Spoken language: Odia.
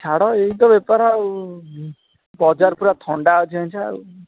ଛାଡ଼ ଏଇ ତ ବେପାର ଆଉ ବଜାର୍ ପୁରା ଥଣ୍ଡା ଅଛି ଆଉ